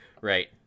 right